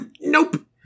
Nope